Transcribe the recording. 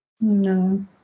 No